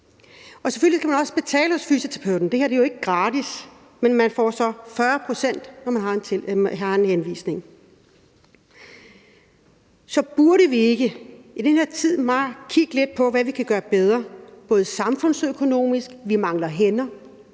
Selvfølgelig skal man også betale hos fysioterapeuten – det her er jo ikke gratis – men man får så 40 pct. i tilskud, når man har en henvisning. Så burde vi ikke i den her tid kigge lidt på, hvad vi kan gøre bedre samfundsøkonomisk – vi mangler hænder,